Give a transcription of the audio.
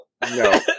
No